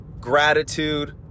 gratitude